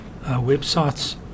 websites